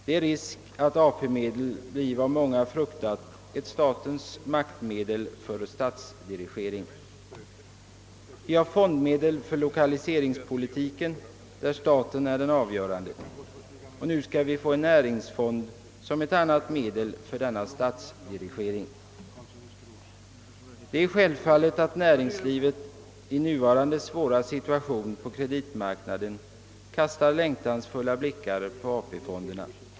Det föreligger risk för att AP-medlen blir vad många fruktat: ett statens maktmedel för centraldirigering. Vi har fondmedel för lokaliseringspolitiken, vari staten är den avgörande, och nu skall vi få en näringsfond som ett annat instrument för denna statsdirigering. Det är självfallet att näringslivet i nuvarande svåra situation på kreditmarknaden kastar längtansfulla blickar på AP-fonderna.